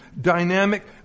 dynamic